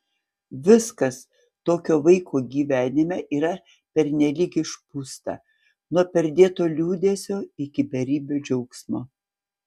viskas tokio vaiko gyvenime yra pernelyg išpūsta nuo perdėto liūdesio iki beribio džiaugsmo